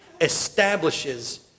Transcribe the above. establishes